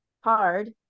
hard